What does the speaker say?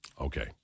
Okay